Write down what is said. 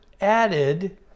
added